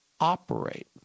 operate